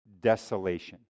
desolation